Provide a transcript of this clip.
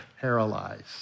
paralyzed